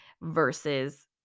Versus